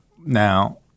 Now